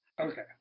Okay